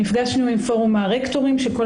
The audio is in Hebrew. נפגשנו עם פורום הרקטורים של כל